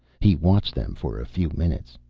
he watched them for a few minutes.